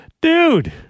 Dude